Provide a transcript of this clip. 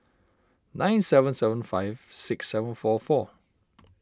nine seven seven five six seven four four